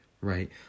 right